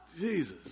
Jesus